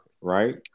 right